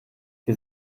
wir